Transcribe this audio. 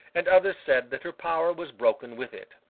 and others said that her power was broken with it.